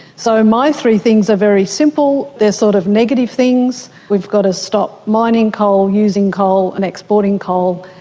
so my three things are very simple, they are sort of negative things. we've got to stop mining coal, using coal and exporting coal,